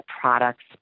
products